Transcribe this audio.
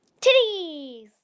Titties